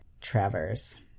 Travers